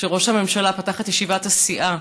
שראש הממשלה פתח את ישיבת הסיעה